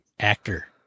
Actor